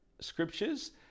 scriptures